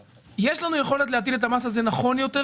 יש לנו יכולת להטיל את המס הזה באופן נכון יותר,